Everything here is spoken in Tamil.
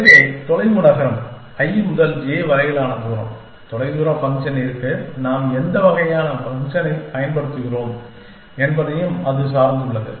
எனவே தொலைவு நகரம் i முதல் j வரையிலான தூரம் தொலைதூர ஃபங்க்ஷனிற்கு நாம் எந்த வகையான ஃபங்க்ஷனைப் பயன்படுத்துகிறோம் என்பதையும் அது சார்ந்துள்ளது